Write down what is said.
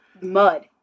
mud